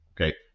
Okay